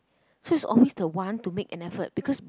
so it's always the want to make an effort because we